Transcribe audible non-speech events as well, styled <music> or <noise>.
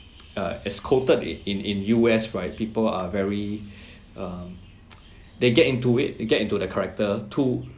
uh as quoted in in in U_S right people are very <breath> um they get into they get into the character too